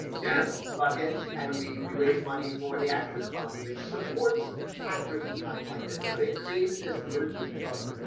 yes! buckets. and we we raise money for the actors fund, which supports actors in times like this. so they've created this emergency fund.